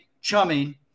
chumming